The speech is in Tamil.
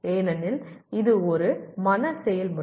ஏனெனில் இது ஒரு மன செயல்முறை